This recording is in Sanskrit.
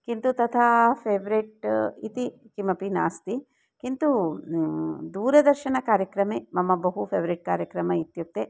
किन्तु तथा फ़ेव्रेट् इति किमपि नास्ति किन्तु दूरदर्शनकार्यक्रमे मम बहु फ़ेव्रेट् कार्यक्रमः इत्युक्ते